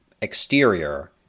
Exterior